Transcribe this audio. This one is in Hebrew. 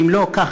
ואם לא כך,